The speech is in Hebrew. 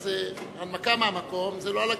אז הנמקה מהמקום זה לא על הקווטה,